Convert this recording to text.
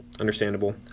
Understandable